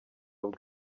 bwe